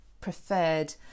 preferred